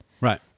Right